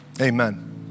Amen